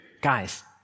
guys